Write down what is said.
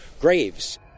graves